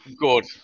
good